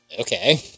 okay